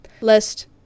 lest